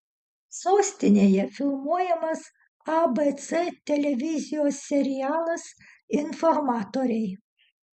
sostinėje filmuojamas abc televizijos serialas informatoriai